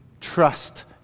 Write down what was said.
trust